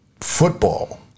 football